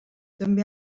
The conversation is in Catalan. també